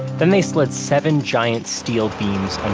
then they slid seven giant steel beams